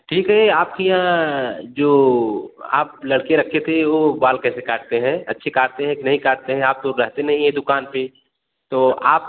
ठीक है आपके यहाँ जो आप लड़के रखे थे वो बाल कैसे काटते हैं अच्छे काटते हैं कि नहीं कटते हैं आप तो रहते नहीं है दुकान पे तो आप